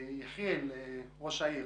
ראש העיר,